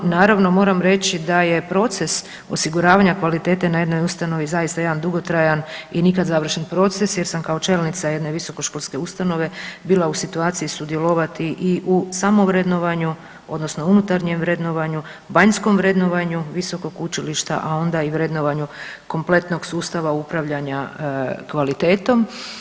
Naravno moram reći da je proces osiguravanja kvalitete na jednoj ustanovi zaista jedan dugotrajan i nikada završen proces, jer sam kao čelnica jedne visokoškolske ustanove bila u situaciji sudjelovati i u samovrednovanju odnosno unutarnjem vrednovanju, vanjskom vrednovanju visokog učilišta, a onda i vrednovanju kompletnog sustava upravljanja kvalitetom.